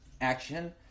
action